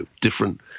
Different